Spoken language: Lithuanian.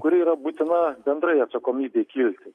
kuri yra būtina bendrai atsakomybei kilti